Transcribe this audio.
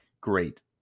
great